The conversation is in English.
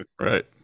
Right